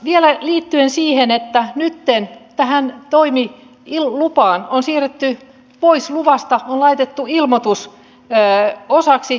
vielä liittyen siihen että nytten on siirrytty pois toimiluvasta ja laitettu ilmoitus osaksi